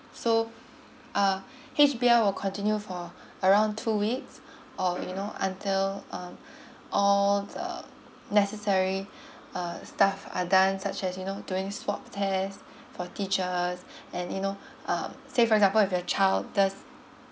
so uh H_B_L will continue for around two weeks or you know until um all the necessary uh the stuff are done such as you know doing swab test for teachers and you know um say for example if your child does